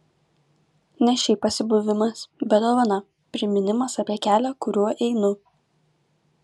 ne šiaip pasibuvimas bet dovana priminimas apie kelią kuriuo einu